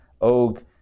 Og